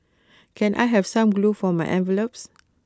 can I have some glue for my envelopes